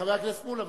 חבר הכנסת שלמה מולה,